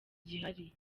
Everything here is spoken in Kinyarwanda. gihari